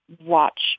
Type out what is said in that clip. watch